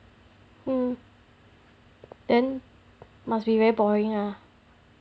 mm then must be very boring ah